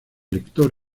lector